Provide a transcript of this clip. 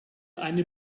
eine